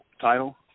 title